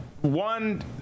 one